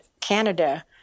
Canada